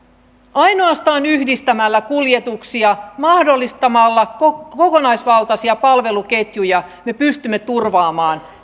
ainoastaan yhdistämällä kuljetuksia mahdollistamalla kokonaisvaltaisia palveluketjuja me pystymme turvaamaan